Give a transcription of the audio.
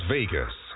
Vegas